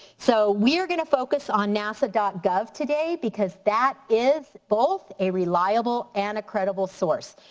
so we are gonna focus on nasa gov gov today because that is both a reliable and a credible source.